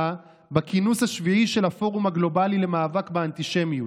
בכינוס השביעי של הפורום הגלובלי למאבק באנטישמיות.